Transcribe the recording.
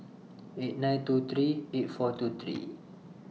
eight nine two three eight four two three